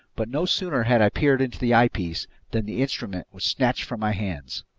but no sooner had i peered into the eyepiece than the instrument was snatched from my hands.